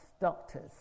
doctors